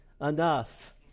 enough